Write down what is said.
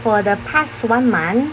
for the past one month